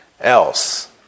else